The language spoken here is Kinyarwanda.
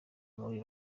muri